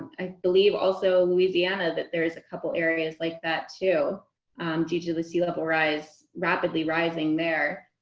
i believe also louisiana, that there is a couple areas like that too due to the sea level rise rapidly rising there.